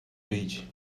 beach